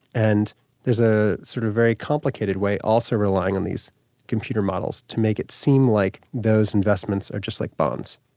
and there's a sort of very complicated way, also relying on these computer models, to make it seem like those investments are just like bonds.